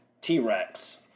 T-Rex